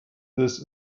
this